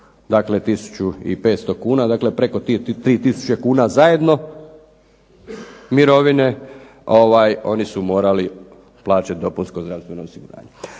i 500 kuna, dakle preko 3 tisuće kuna zajedno mirovine, oni su morali plaćati dopunsko zdravstveno osiguranje.